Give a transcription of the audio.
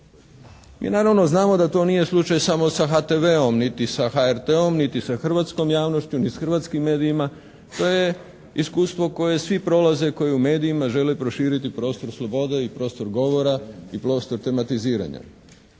Mi naravno znamo da to nije slučaj samo sa HTV-om niti sa HRT-om niti sa hrvatskom javnošću, ni s hrvatskim medijima. To je iskustvo koje svi prolaze koji u medijima žele proširiti prostor slobode i prostor govora i prostor tematiziranja,